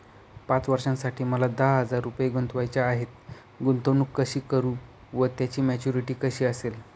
पाच वर्षांसाठी मला दहा हजार रुपये गुंतवायचे आहेत, गुंतवणूक कशी करु व त्याची मॅच्युरिटी कशी असेल?